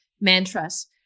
mantras